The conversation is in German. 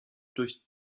durch